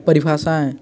परिभाषाएँ